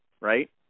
Right